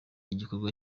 igikorwa